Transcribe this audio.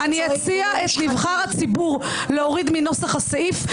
אני אציע את "נבחר הציבור" להוריד מנוסח הסעיף,